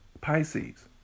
Pisces